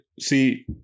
see